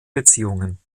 beziehungen